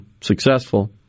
successful